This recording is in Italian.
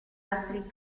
altri